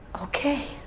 Okay